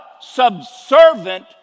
subservient